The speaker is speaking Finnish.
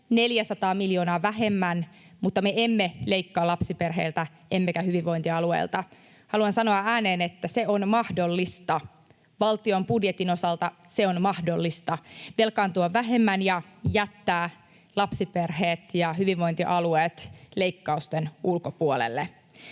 400 miljoonaa vähemmän, mutta me emme leikkaa lapsiperheiltä emmekä hyvinvointialueilta. Haluan sanoa ääneen, että se on mahdollista. Valtion budjetin osalta on mahdollista velkaantua vähemmän ja jättää lapsiperheet ja hyvinvointialueet leikkausten ulkopuolelle.